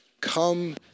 Come